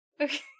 Okay